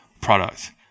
product